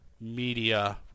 media